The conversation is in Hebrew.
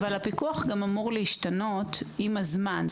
אבל הפיקוח אמור להשתנות עם הזמן.